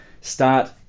start